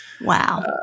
Wow